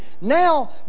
Now